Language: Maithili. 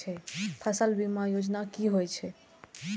फसल बीमा योजना कि होए छै?